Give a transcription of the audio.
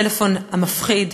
הטלפון המפחיד,